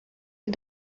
sie